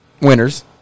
winners